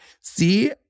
See